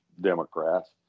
Democrats